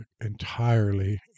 entirely